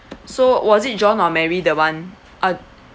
so was it john or mary the one uh